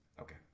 okay